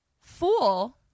fool